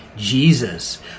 jesus